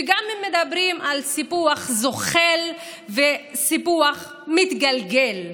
וגם אם מדברים על סיפוח זוחל וסיפוח מתגלגל.